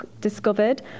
discovered